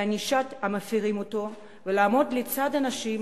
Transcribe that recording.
לענישת המפירים אותו ולעמוד לצד הנשים,